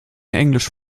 englisch